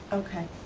okay,